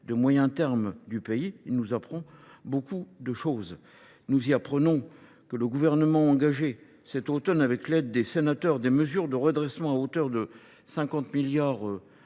de moyen terme du pays. Il nous apprend beaucoup de choses. Nous y apprenons que le gouvernement engagé cet automne avec l'aide des sénateurs des mesures de redressement à hauteur de 50 milliards